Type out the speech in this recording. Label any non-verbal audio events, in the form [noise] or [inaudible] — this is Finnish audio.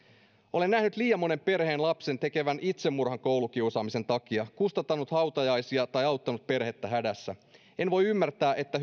olen nähnyt liian monen perheen lapsen tekevän itsemurhan koulukiusaamisen takia kustantanut hautajaisia tai auttanut perhettä hädässä en voi ymmärtää että [unintelligible]